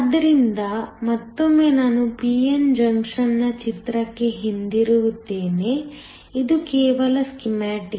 ಆದ್ದರಿಂದ ಮತ್ತೊಮ್ಮೆ ನಾನು p n ಜಂಕ್ಷನ್ನ ಚಿತ್ರಕ್ಕೆ ಹಿಂತಿರುಗುತ್ತೇನೆ ಇದು ಕೇವಲ ಸ್ಕೀಮ್ಯಾಟಿಕ್